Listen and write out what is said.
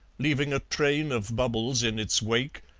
leaving a train of bubbles in its wake,